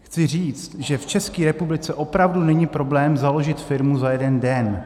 Chci říct, že v České republice opravdu není problém založit firmu za jeden den.